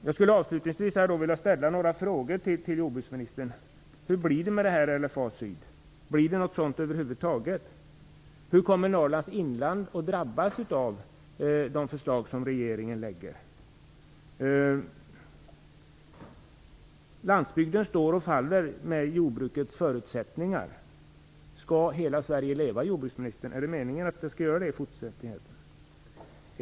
Jag skulle avslutningsvis vilja ställa ytterligare några frågor till jordbruksministern. Landsbygden står och faller med jordbrukets förutsättningar. Skall hela Sverige leva, jordbruksministern? Är det meningen att det skall göra det i fortsättningen?